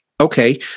okay